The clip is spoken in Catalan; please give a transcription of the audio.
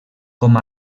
com